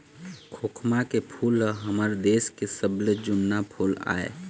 खोखमा के फूल ह हमर देश के सबले जुन्ना फूल आय